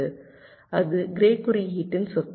அது க்ரே குறியீட்டின் சொத்து